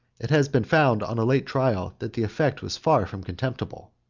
it has been found on a late trial that the effect was far from contemptible.